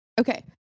okay